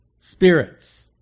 spirits